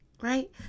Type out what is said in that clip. right